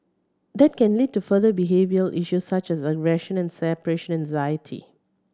that can lead to further behavioural issues such as aggression and separation anxiety